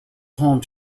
home